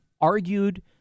argued